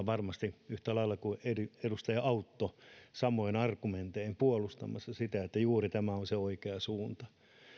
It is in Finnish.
varmasti yhtä lailla kuin edustaja autto samoin argumentein puolustamassa sitä että juuri tämä on se oikea suunta